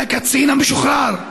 על הקצין המשוחרר.